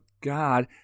God